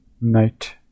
Knight